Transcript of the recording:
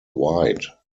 wide